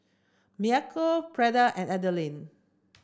Maceo Freeda and Adaline